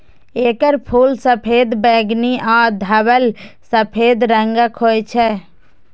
एकर फूल सफेद, बैंगनी आ धवल सफेद रंगक होइ छै